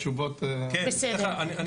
בסדר.